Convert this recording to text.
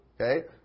Okay